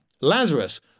Lazarus